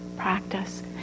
practice